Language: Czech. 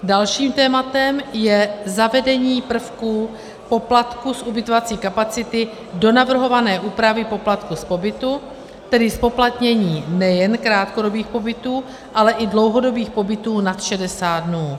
Dalším tématem je zavedení prvků poplatku z ubytovací kapacity do navrhované úpravy poplatku z pobytu, tedy zpoplatnění nejen krátkodobých pobytů, ale i dlouhodobých pobytů nad 60 dnů.